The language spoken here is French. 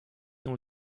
dans